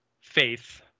Faith